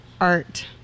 art